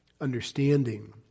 understanding